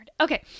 okay